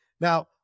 Now